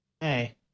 Hey